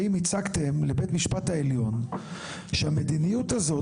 האם הצגתם לבית המשפט העליון שהמדיניות הזאת